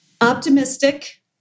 Optimistic